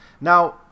Now